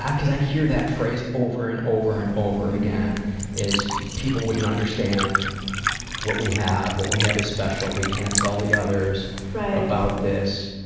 because i hear that phrase over and over and over again is, people wouldn't understand what we have. what we have is special. we can't tell the others about this.